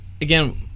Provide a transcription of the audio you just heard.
again